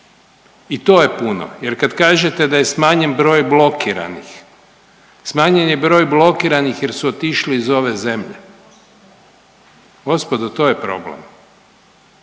i to je puno jer kad kažete da je smanjen broj blokiranih, smanjen je broj blokiranih jer su otišli iz ove zemlje. Gospodo to je problem.